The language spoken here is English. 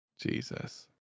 Jesus